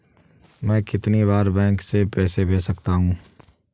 मैं कितनी बार बैंक से पैसे भेज सकता हूँ?